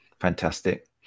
Fantastic